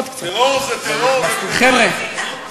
חבר'ה,